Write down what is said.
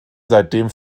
seitdem